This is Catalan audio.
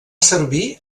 servir